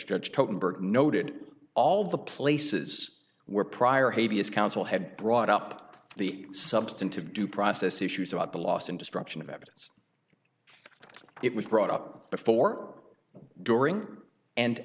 totenberg noted all the places where prior haiti is counsel had brought up the substantive due process issues about the lost and destruction of evidence it was brought up before during and